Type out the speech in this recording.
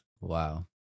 Wow